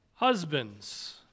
Husbands